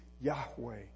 Yahweh